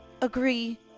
agree